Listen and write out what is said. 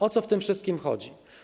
O co w tym wszystkim chodzi?